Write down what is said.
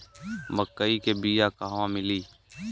मक्कई के बिया क़हवा मिली?